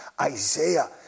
Isaiah